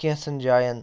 کینٛژَن جایَن